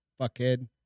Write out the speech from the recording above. Fuckhead